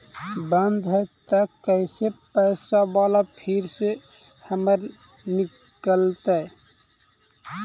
बन्द हैं त कैसे पैसा बाला फिर से हमर निकलतय?